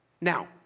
Now